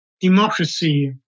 democracy